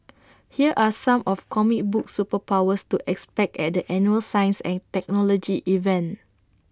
here are some of comic book superpowers to expect at the annual science and technology event